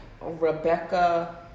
Rebecca